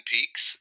Peaks